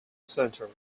centre